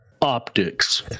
optics